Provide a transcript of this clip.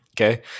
Okay